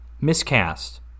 miscast